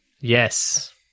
Yes